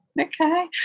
Okay